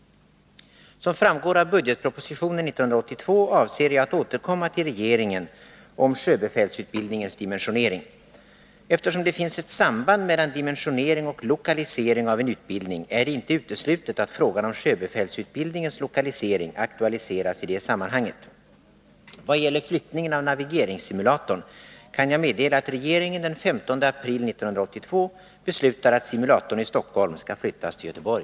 Som framgår av budgetpropositionen 1982 avser jag att återkomma till regeringen angående sjöbefälsutbildningens dimensionering. Eftersom det finns ett samband mellan dimensionering och lokalisering av en utbildning, är det inte uteslutet att frågan om sjöbefälsutbildningens lokalisering aktualiseras i det sammanhanget. Vad gäller flyttningen av navigeringssimulatorn kan jag meddela att regeringen den 15 april 1982 beslutade att simulatorn i Stockholm skall fiyttas till Göteborg.